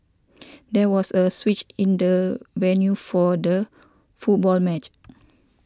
there was a switch in the venue for the football match